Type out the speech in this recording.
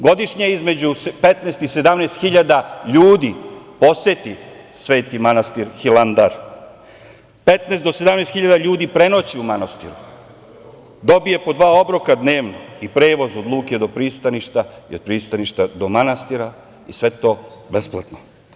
Godišnje između 15.000 i 17.000 ljudi poseti Sveti manastir Hilandar, 15.000 do 17.000 ljudi prenoći u manastiru, dobije po dva obroka dnevno i prevoz od luke do pristaništa i od pristaništa do manastira i sve to besplatno.